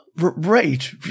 Right